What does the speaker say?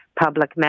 public